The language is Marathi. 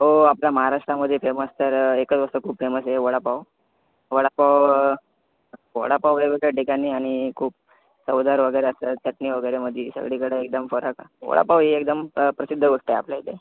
हो आपल्या महाराष्ट्रामध्ये फेमस तर एकच गोष्ट खूप फेमस आहे वडापाव वडापाव वडापाव वेगवेगळ्या ठिकाणी आणि खूप चवदार वगैरे असतात चटणी वगैरेमध्ये सगळीकडे एकदम फरक वडापाव ही एकदम प्रसिद्ध गोष्ट आहे आपल्या इथे